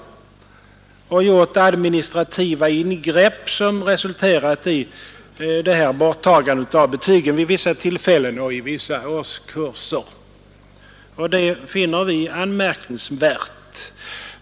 Man har gjort administrativa ingrepp som resulterat i borttagandet av betygen vid vissa tillfällen och i vissa årskurser. Detta finner vi anmärkningsvärt.